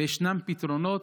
וישנם פתרונות.